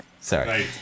sorry